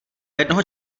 jednoho